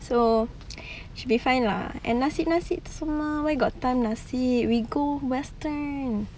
so should be fine lah and nasi-nasi itu semua where got time for nasi we go western